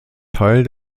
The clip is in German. teil